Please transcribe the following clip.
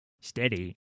Steady